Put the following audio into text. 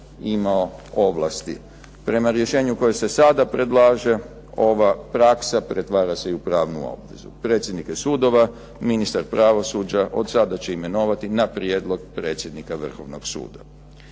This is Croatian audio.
imao ovlasti. Prema rješenju koje se sada predlaže ova praksa pretvara se i u pravnu obvezu. Predsjednike sudova ministar pravosuđa od sada će imenovati na prijedlog predsjednika Vrhovnog suda.